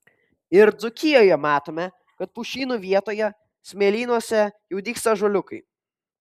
ir dzūkijoje matome kad pušynų vietoje smėlynuose jau dygsta ąžuoliukai